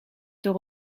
door